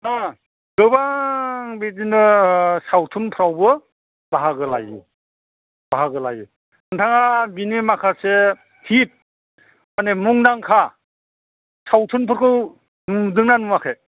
हा गोबां बिदिनो सावथुनफ्रावबो बाहागो लायो बाहागो लायो नोंथाङा बिनि माखासे हिट माने मुंदांखा सावथुनफोरखौ नुदों ना नुवाखै